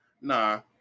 Nah